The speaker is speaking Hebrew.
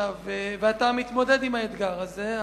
ואתה מתמודד עם האתגר הזה.